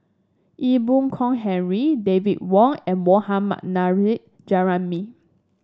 Ee Boon Kong Henry David Wong and Mohammad Nurrasyid Juraimi